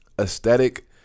Aesthetic